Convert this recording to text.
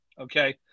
okay